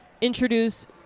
introduce